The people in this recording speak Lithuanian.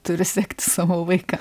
turi sekti savo vaiką